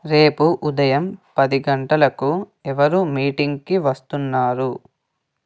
రేపు ఉదయం పది గంటలకు ఎవరు మీటింగ్కు వస్తున్నారు